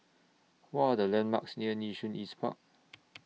What Are The landmarks near Nee Soon East Park